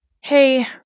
Hey